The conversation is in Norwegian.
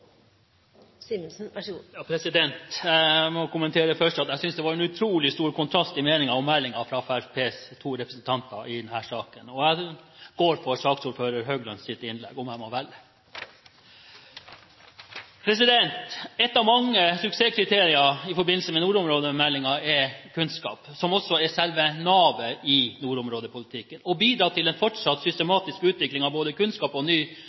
jeg hørte Fremskrittspartiets to representanter i denne saken. Jeg går for innlegget fra saksordføreren, Høglund, om jeg må velge. Et av mange suksesskriterier i forbindelse med nordområdemeldingen er kunnskap, som også er selve navet i nordområdepolitikken. Å bidra til en fortsatt systematisk utvikling av både kunnskap og ny